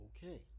Okay